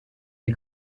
les